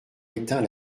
éteint